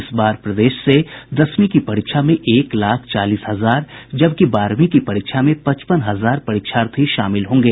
इस बार प्रदेश से दसवीं की परीक्षा में एक लाख चालीस हजार जबकि बारहवीं की परीक्षा में पचपन हजार परीक्षार्थी शामिल होंगे